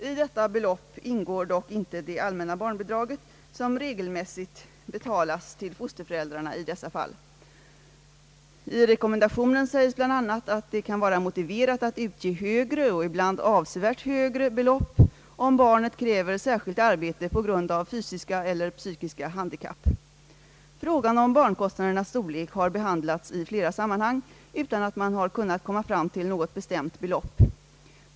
I detta belopp ingår dock inte det allmänna barnbidraget, som regelmässigt betalas till fosterföräldrarna i dessa fall. I rekommendationen sägs bl.a. att det kan vara motiverat att utge högre — och ibland avsevärt högre — belopp om barnet kräver särskilt arbete på grund av fysiska eller psykiska handikapp. Frågan om barnkostnadernas storlek har behandlats i flera sammanhang utan att man har kunnat komma fram till något bestämt belopp.